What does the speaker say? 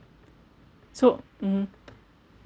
so mmhmm